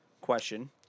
question